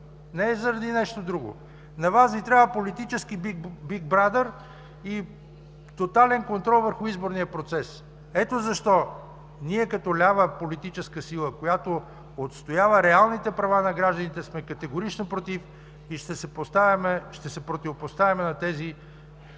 не заради нещо друго. На Вас Ви трябва политически Биг Брадър и тотален контрол върху изборния процес. Ето защо ние като лява политическа сила, която отстоява реалните права на гражданите, сме категорично против и ще се противопоставим на тези,